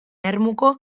ermuko